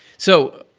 so,